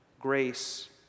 Grace